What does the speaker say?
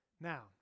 Now